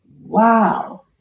Wow